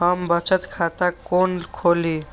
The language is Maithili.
हम बचत खाता कोन खोली?